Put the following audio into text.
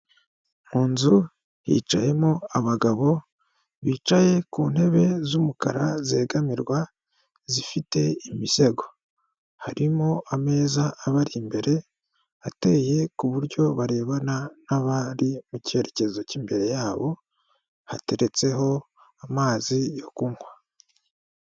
Mu nzu hicayemo abagabo bicaye ku ntebe z'umukara zegamirwa zifite imisego, harimo ameza abari imbere ateye ku buryo barebana n'abari mu cyerekezo cy'imbere yabo hateretseho amazi yo kunywa.